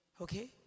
okay